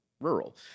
Rural